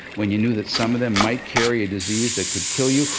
when you knew that some of them might carry a disease that could kill you,